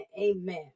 Amen